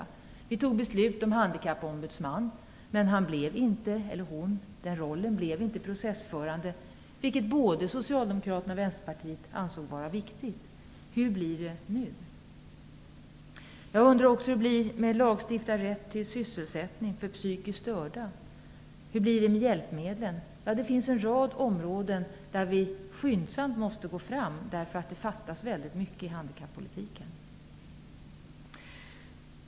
Vi har fattat beslut om Handikappombudsmannen. Men den rollen blev inte processförande, vilket både Socialdemokraterna och Vänsterpartiet ansåg vara viktigt. Hur blir det nu? Jag undrar också hur det blir med lagstiftad rätt till sysselsättning för psykiskt störda. Hur blir det med hjälpmedlen? Det finns alltså en rad områden där vi måste gå fram skyndsamt, därför att det fattas väldigt mycket i handikappolitiken.